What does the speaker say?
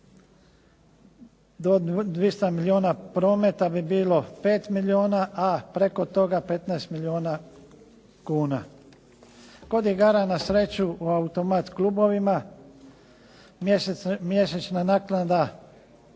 do 200 milijuna prometa bi bilo 5 milijuna, a preko toga 15 milijuna kuna. Kod igara na sreću u automat klubovima mjesečna naknada